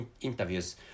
interviews